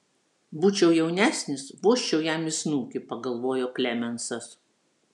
būčiau jaunesnis vožčiau jam į snukį pagalvojo klemensas